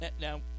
Now